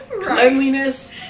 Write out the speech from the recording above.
cleanliness